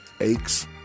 aches